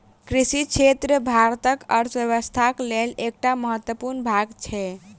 कृषि क्षेत्र भारतक अर्थव्यवस्थाक लेल एकटा महत्वपूर्ण भाग छै